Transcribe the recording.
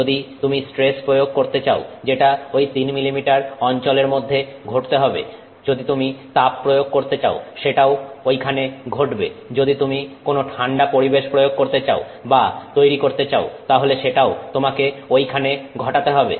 যদি তুমি স্ট্রেস প্রয়োগ করতে চাও সেটা ঐ 3 মিলিমিটার অঞ্চলের মধ্যে ঘটতে হবে যদি তুমি তাপ প্রয়োগ করতে চাও সেটাও ঐখানে ঘটবে যদি তুমি কোন ঠান্ডা পরিবেশ প্রয়োগ করতে চাও বা তৈরি করতে চাও তাহলে সেটাও তোমাকে ঐখানে ঘটাতে হবে